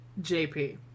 jp